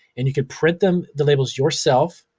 and you can print them, the labels, yourself,